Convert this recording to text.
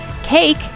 cake